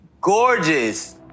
gorgeous